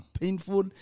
painful